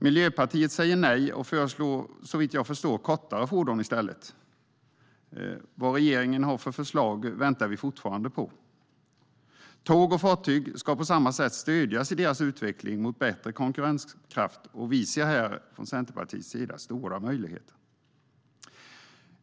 Miljöpartiet säger nej och föreslår, såvitt jag förstår, i stället kortare fordon. Vad regeringen har för förslag väntar vi fortfarande på. Tåg och fartyg ska på samma sätt stödjas i sin utveckling mot bättre konkurrenskraft, och vi från Centerpartiet ser här stora möjligheter.